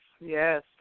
Yes